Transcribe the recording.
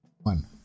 One